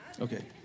Okay